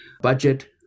budget